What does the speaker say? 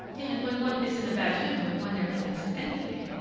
and when one is in a bad humor, one never thinks of anything,